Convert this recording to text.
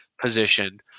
position